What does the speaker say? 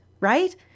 right